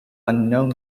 unknown